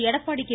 Edappadi K